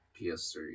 PS3